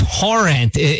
Torrent